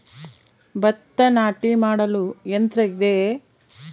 ಭತ್ತ ನಾಟಿ ಮಾಡಲು ಯಂತ್ರ ಇದೆಯೇ?